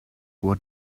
what